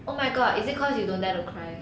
oh my god is it cause you don't dare to cry